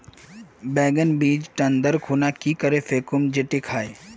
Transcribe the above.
बैगन बीज टन दर खुना की करे फेकुम जे टिक हाई?